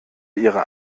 ihrer